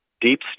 deep